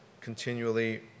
continually